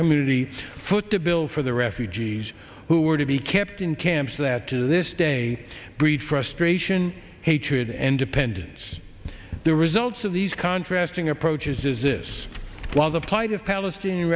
community to foot the bill for the refugees who were to be kept in camps that to this day breed frustration hatred and dependence the results of these contracting approaches exists while the plight of palestinian